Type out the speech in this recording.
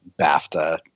BAFTA